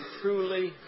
truly